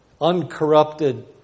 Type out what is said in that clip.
uncorrupted